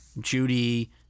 Judy